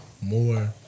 more